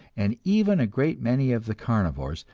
and even a great many of the carnivores,